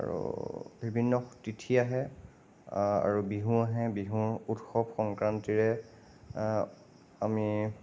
আৰু বিভিন্ন তিথি আহে আৰু বিহু আহে বিহু উৎসৱ সংক্ৰান্তিৰে আমি